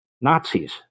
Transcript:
nazis